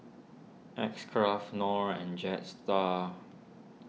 X Craft Knorr and Jetstar